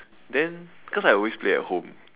then cause I always play at home